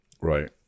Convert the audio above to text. right